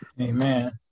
Amen